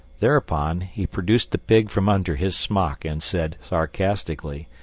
thereupon he produced the pig from under his smock and said sarcastically,